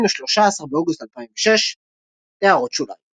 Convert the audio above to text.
13 באוגוסט 2006 == הערות שוליים ==